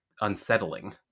unsettling